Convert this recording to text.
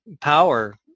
power